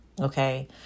Okay